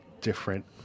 different